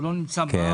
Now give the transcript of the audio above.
הוא לא בארץ.